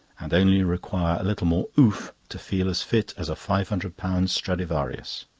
and only require a little more oof to feel as fit as a five hundred pounds stradivarius.